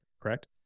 correct